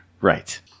Right